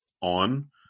on